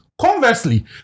Conversely